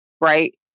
right